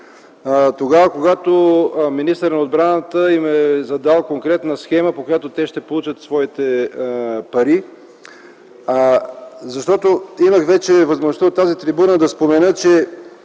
служат, когато министърът на отбраната им е задал конкретна схема, по която те ще получат своите пари? Имах вече възможността от тази трибуна да спомена, че